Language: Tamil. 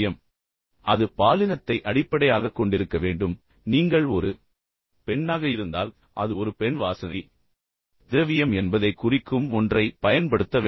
நான் முன்பு சுட்டிக்காட்டியபடி அது பாலினத்தை அடிப்படையாகக் கொண்டிருக்க வேண்டும் நீங்கள் ஒரு பெண்ணாக இருந்தால் அது ஒரு பெண் வாசனை திரவியம் என்பதைக் குறிக்கும் ஒன்றை பயன்படுத்த வேண்டும்